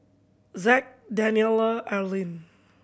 Zack Daniella Erlene